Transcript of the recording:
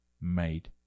made